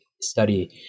study